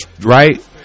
right